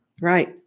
Right